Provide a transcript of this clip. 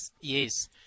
Yes